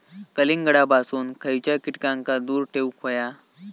कलिंगडापासून खयच्या कीटकांका दूर ठेवूक व्हया?